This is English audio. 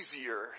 easier